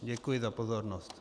Děkuji za pozornost.